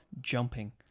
jumping